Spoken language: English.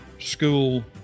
school